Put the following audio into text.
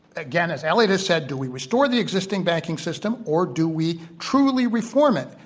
again as eliot has said, do we restore the existing banking system, or do we truly reform it.